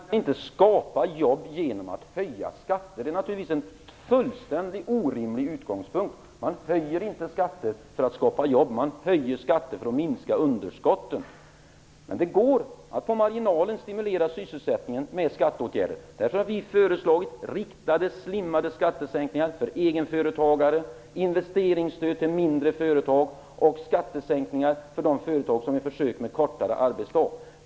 Fru talman! Vi är överens om att man inte kan skapa jobb genom att höja skatter. Det vore naturligtvis en fullständigt orimlig utgångspunkt. Man höjer inte skatter för att skapa jobb. Man höjer skatter för att minska underskotten. Det går att på marginalen stimulera sysselsättningen med skatteåtgärder. Därför har vi föreslagit riktade slimmade skattesänkningar för egenföretagare, investeringsstöd till mindre företag och skattesänkningar för de företag som gör försök med kortare arbetsdag.